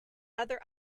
other